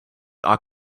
are